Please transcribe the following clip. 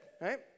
right